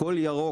הכול ירוק,